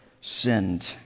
sinned